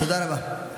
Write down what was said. תודה רבה.